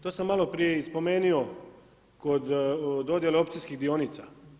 To sam maloprije i spomenuo kod dodjele opcijskih dionica.